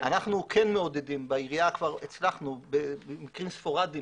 אנחנו כן מעודדים בעירייה כבר הצלחנו במקרים ספורדיים